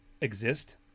exist